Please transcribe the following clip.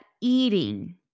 eating